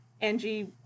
Angie